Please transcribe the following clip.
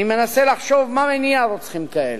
אני מנסה לחשוב מה מניע רוצחים כאלה,